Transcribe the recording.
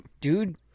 Dude